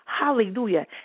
Hallelujah